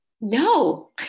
No